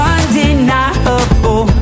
Undeniable